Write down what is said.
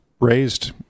raised